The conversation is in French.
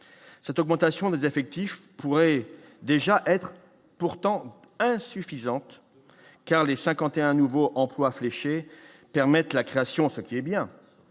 cette augmentation des effectifs pourraient déjà être pourtant insuffisante car les 51 nouveaux emplois fléchés permettent la création, ce qui est bien